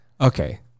Okay